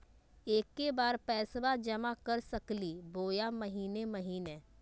एके बार पैस्बा जमा कर सकली बोया महीने महीने?